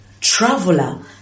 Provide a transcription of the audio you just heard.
traveler